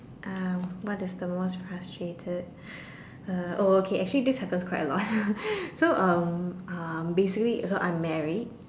uh what is the most frustrated uh oh okay actually this happens quite a lot so um uh basically so I'm married